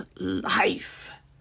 life